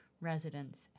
residents